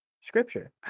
Scripture